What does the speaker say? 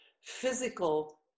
physical